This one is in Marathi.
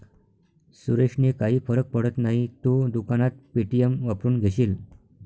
सुरेशने काही फरक पडत नाही, तू दुकानात पे.टी.एम वापरून घेशील